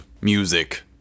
music